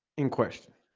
in question